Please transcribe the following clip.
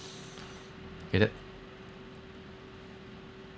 okay that